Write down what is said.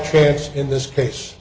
chance in this case